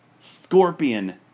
Scorpion